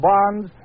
Bonds